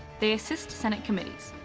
they assist senate committees,